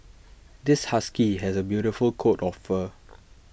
this husky has A beautiful coat of fur